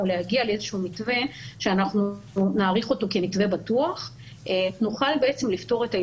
או להגיע לאיזשהו מתווה שאנחנו נעריך אותו כמתווה בטוח,